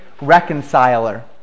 reconciler